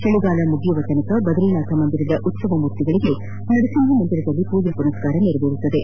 ಚಳಿಗಾಲ ಮುಗಿಯುವವರೆಗೂ ಬದರೀನಾಥ ಮಂದಿರದ ಉತ್ತವ ಮೂರ್ತಿಗಳಿಗೆ ನರಸಿಂಹ ಮಂದಿರದಲ್ಲಿ ಪೂಜೆ ಮನಸ್ನಾರ ನೆರವೇರುತ್ತದೆ